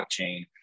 blockchain